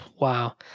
Wow